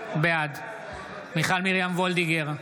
בעד מיכל מרים וולדיגר,